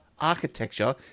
architecture